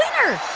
our